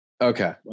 Okay